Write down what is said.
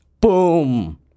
Boom